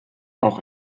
auch